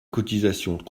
cotisations